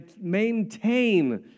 maintain